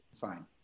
fine